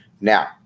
Now